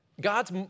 God's